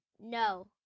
No